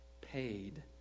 paid